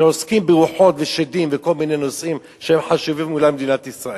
שעוסקים ברוחות ושדים וכל מיני נושאים שהם חשובים אולי למדינת ישראל,